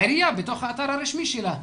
העירייה בתוך האתר הרשמי שלה.